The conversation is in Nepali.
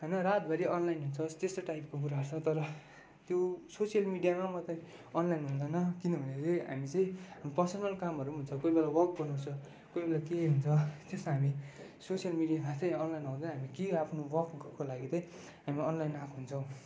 होइन रातभरि अनलाइन हुन्छस् त्यस्तो टाइपको कुरा गर्छ तर त्यो सोसियल मिडिमा मात्रै अनलाइन हुँदैन किनभने चाहिँ हामी चाहिँ पर्सनल कामहरू हुन्छ कोही बेला वर्क गर्नुपर्छ कोही बेला के हुन्छ त्यसमा हामी सोसियल मिडिया आफै अनलाइन आउँदैन हामी कि आफ्नो वर्कको लागि चाहिँ हामी अनलाइन आएको हुन्छौँ